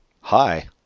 Hi